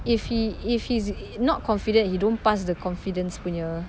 if he if he's not confident he don't pass the confidence punya